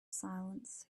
silence